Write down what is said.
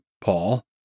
Paul